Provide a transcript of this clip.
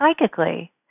psychically